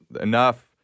enough